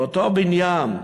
באותו בניין,